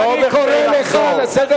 מה יש לך לחפש?